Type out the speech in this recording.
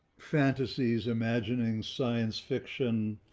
fantasies, imagining science, fiction,